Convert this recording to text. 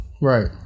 right